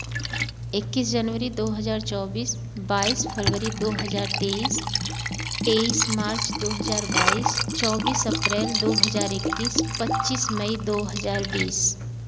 इक्कीस जनवरी दो हज़ार चौबीस बाईस फरवरी दो हज़ार तेईस तेईस मार्च दो हज़ार बाईस चौबीस अप्रैल दो हज़ार इक्कीस पच्चीस मई दो हज़ार बीस